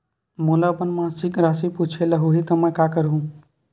मोला अपन मासिक राशि पूछे ल होही त मैं का करहु?